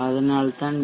அதனால்தான் வி